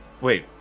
wait